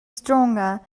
stronger